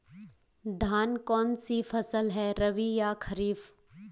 धान कौन सी फसल है रबी या खरीफ?